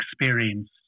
experience